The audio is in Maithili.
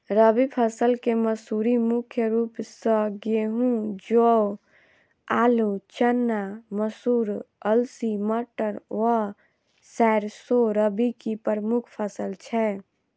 रबी फसल केँ मसूरी मुख्य रूप सँ गेंहूँ, जौ, आलु,, चना, मसूर, अलसी, मटर व सैरसो रबी की प्रमुख फसल छै